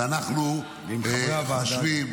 ואנחנו חושבים